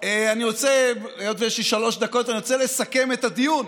אני רוצה לסכם את הדיון.